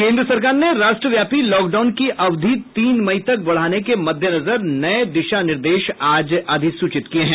केंद्र सरकार ने राष्ट्रव्यापी लॉकडाउन की अवधि तीन मई तक बढ़ाने के मद्देनजर नये दिशानिर्देश आज अधिसूचित किये हैं